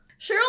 Cheryl